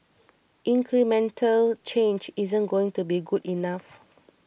incremental change isn't going to be good enough